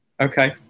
Okay